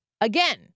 again